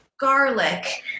garlic